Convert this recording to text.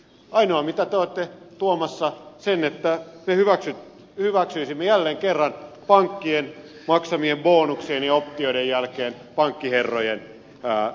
ainoa mitä te olette tuomassa on se että me hyväksyisimme jälleen kerran pank kien maksamien bonuksien ja optioiden jälkeen pankkiherrojen pelastamisen